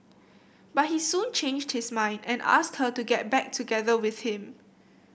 but he soon changed his mind and asked her to get back together with him